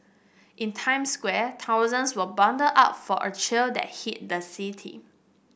in Times Square thousands were bundled up for a chill that hit the city